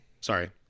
Sorry